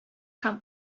һәм